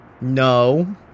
No